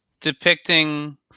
depicting